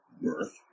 birth